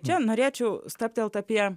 čia norėčiau stabtelt apie